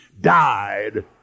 died